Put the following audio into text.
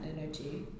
energy